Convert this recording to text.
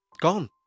Gone